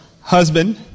Husband